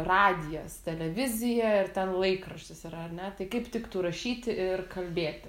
radijas televizija ir ten laikraštis yra ar ne tai kaip tiktų rašyti ir kalbėti